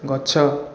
ଗଛ